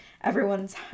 everyone's